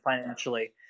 financially